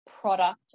product